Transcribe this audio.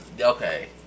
okay